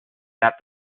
that